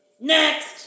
next